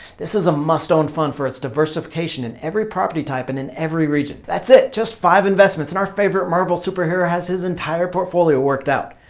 this is a must-own fund for its diversification in every property type and in every region. that's it. just five investments and our favorite marvel super hero has entire portfolio worked out.